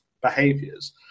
behaviors